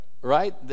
Right